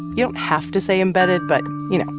you don't have to say embedded, but you know.